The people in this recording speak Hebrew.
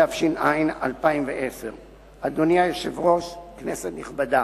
התש"ע 2010. אדוני היושב-ראש, כנסת נכבדה,